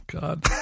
God